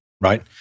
right